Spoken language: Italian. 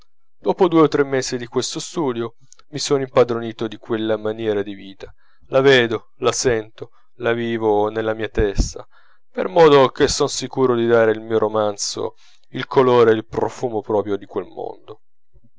dopo due o tre mesi di questo studio mi sono impadronito di quella maniera di vita la vedo la sento la vivo nella mia testa per modo che son sicuro di dare il mio romanzo il colore e il profumo proprio di quel mondo